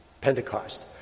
Pentecost